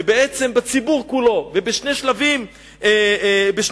ובעצם בציבור כולו, ובשני שלבים שונים.